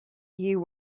you